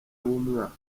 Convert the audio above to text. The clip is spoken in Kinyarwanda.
w’umwaka